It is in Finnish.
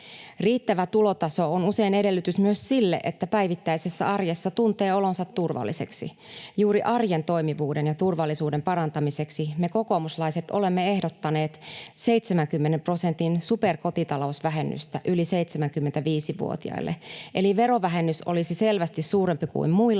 Riittävä tulotaso on usein edellytys myös sille, että päivittäisessä arjessa tuntee olonsa turvalliseksi. Juuri arjen toimivuuden ja turvallisuuden parantamiseksi me kokoomuslaiset olemme ehdottaneet 70 prosentin superkotitalousvähennystä yli 75-vuotiaille. Eli verovähennys olisi selvästi suurempi kuin muilla,